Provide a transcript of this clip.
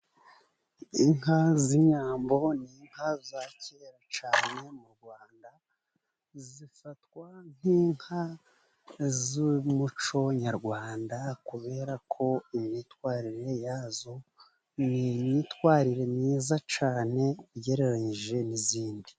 Inka z'inyambo ni inka za kera cyane mu Rwanda zifatwa nk'inka z'umuco nyarwanda kubera ko imyitwarire yazo ni imyitwarire myiza cyane ugereranyije n'izindi.